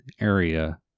area